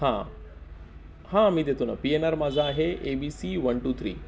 हां हां मी देतो ना पी एन आर माझा आहे A B C one two three